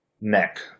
neck